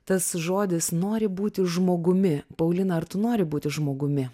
tas žodis nori būti žmogumi paulina ar tu nori būti žmogumi